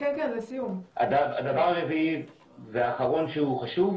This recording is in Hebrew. הנגישות וחלק מהמידע הראשוני שהם אוספים הוא באתר של אותו גוף